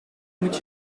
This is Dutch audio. moet